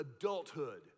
adulthood